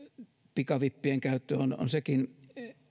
pikavippien käyttö on on sekin